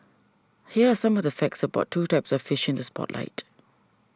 here are some of the facts about two types of fish in this spotlight